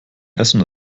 essen